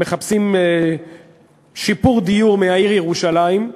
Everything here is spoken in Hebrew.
מחפשים שיפור דיור מהעיר ירושלים.